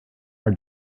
our